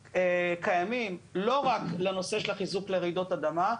קיימים לא רק לנושא של חיזוק לרעידות אדמה,